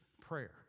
prayer